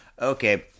Okay